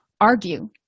argue